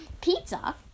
pizza